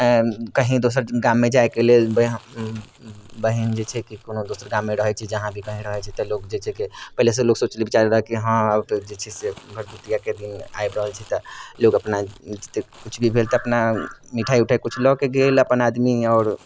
अँइ कहीँ दोसर गाममे जाइके लेल बे बहिन जे छै कि कोनो दोसर गाममे रहै छै जहाँ भी कहीँ रहै छै तऽ लोक जे छै कि पहिलेसँ लोक सोचले विचारले रहल कि हँ अब तऽ जे छै से भरदुतिआके दिन आबि रहल छै तऽ लोक अपन किछु भी भेल तऽ अपना मिठाइ उठाइ किछु लऽ कऽ गेल अपन आदमी आओर